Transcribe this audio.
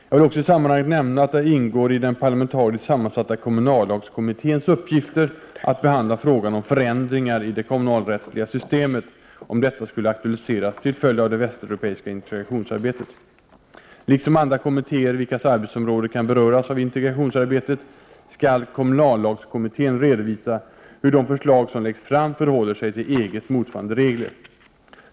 Jag vill också i sammanhanget nämna att det ingår i den parlamentariskt sammansatta kommunallagskommitténs uppgifter att behandla frågan om förändringar i det kommunalrättsliga systemet om detta skulle aktualiseras till följd av det västeuropeiska integrationsarbetet. Liksom andra kommitté er vilkas arbetsområde kan beröras av integrationsarbetet skall kommunallagskommittén redovisa hur de förslag som läggs fram förhåller sig till EG:s motsvarande regler.